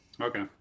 Okay